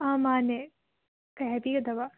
ꯑ ꯃꯥꯟꯅꯦ ꯀꯩ ꯍꯥꯏꯕꯤꯒꯗꯕ